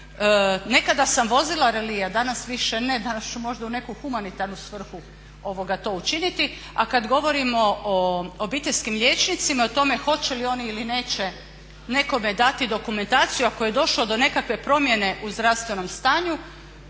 Nekada sam vozila relije, danas više ne, danas ću možda u neku humanitarnu svrhu to učiniti. A kad govorimo o obiteljskim liječnicima i o tome hoće li oni ili neće nekome dati dokumentaciju ako je došao do nekakve promjene u zdravstvenom stanju.